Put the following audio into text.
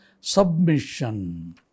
submission